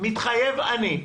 מתחייב אני,